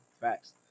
facts